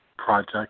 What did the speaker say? project